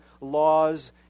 laws